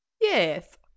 Yes